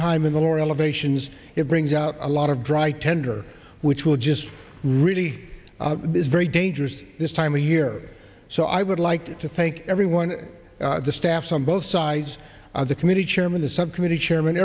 time in the lower elevations it brings out a lot of dry tender which will just really is very dangerous this time of year so i would like to thank everyone the staff some both sides of the committee chairman the subcommittee chairman